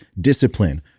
discipline